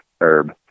herb